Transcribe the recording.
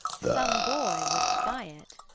some boy would spy it